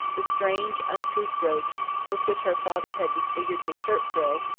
the strange, uncouth brooch with which her father had disfigured his shirt-frill,